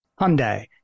Hyundai